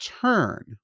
turn